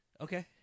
Okay